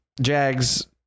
Jags